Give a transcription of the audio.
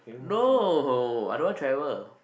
no I don't want travel